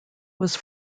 was